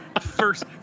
First